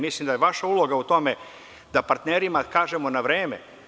Mislim da je vaša uloga u tome da partnerima kažemo na vreme.